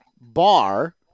Bar